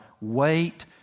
wait